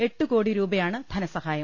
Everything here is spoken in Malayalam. എട്ട് കോടി രൂപയാണ് ധനസഹായം